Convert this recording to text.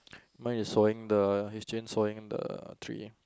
mine is sawing the his chain sawing the tree